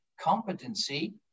competency